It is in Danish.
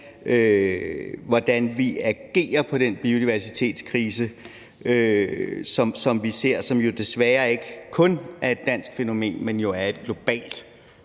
hvordan vi agerer i forhold til den biodiversitetskrise, som vi ser, og som jo desværre ikke kun er et dansk fænomen, men et globalt